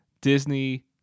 Disney